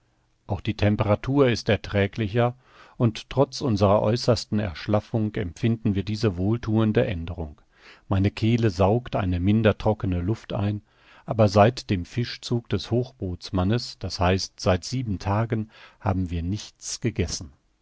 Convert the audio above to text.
auch die temperatur ist erträglicher und trotz unserer äußersten erschlaffung empfinden wir diese wohlthuende aenderung meine kehle saugt eine minder trockene luft ein aber seit dem fischzug des hochbootsmannes d h seit sieben tagen haben wir nichts gegessen